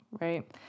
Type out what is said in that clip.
right